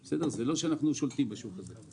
זה לא שאנחנו שולטים בשוק הזה.